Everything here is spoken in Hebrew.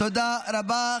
תודה רבה.